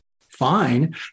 fine